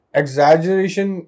exaggeration